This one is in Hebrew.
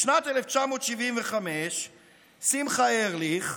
בשנת 1975 שמחה ארליך,